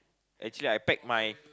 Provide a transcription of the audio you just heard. actually I pack my